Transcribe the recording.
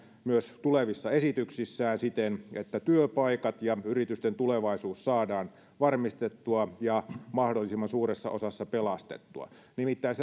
myös tulevissa esityksissään siten että työpaikat ja yritysten tulevaisuus saadaan varmistettua ja mahdollisimman suuressa osassa pelastettua nimittäin